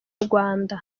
rwanda